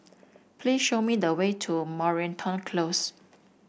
please show me the way to Moreton Close